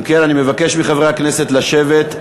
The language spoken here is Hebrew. אם כן, אני מבקש מחברי הכנסת לשבת.